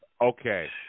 okay